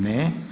Ne.